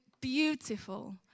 beautiful